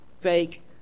fake